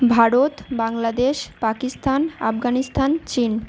ভারত বাংলাদেশ পাকিস্তান আফগানিস্তান চীন